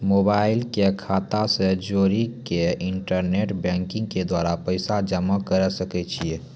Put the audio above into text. Mobile के खाता से जोड़ी के इंटरनेट बैंकिंग के द्वारा पैसा जमा करे सकय छियै?